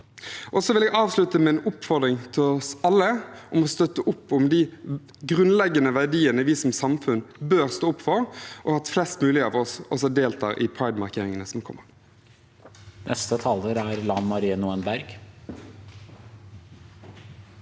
jeg avslutte med en oppfordring til oss alle om å støtte opp om de grunnleggende verdiene vi som samfunn bør stå opp for, og at flest mulig av oss deltar i pridemarkeringene som kommer. Lan Marie Nguyen Berg